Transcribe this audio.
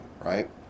Right